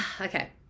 okay